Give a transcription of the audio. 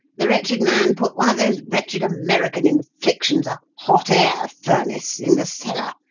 the wretched man put one of those wretched american inflictions, a hot-air furnace, in the cellar,